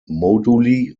moduli